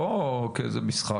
לא כאיזה משחק.